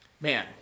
man